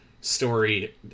story